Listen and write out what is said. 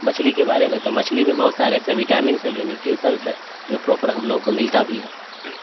مچھلی کے بارے میں تو مچلی میں بہت سارے ایسے وٹامنس ہے جو نیوٹریسنس ہے جو پروپر ہم لوگوں کو ملتا بھی ہے